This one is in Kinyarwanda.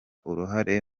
uruhare